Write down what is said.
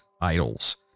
idols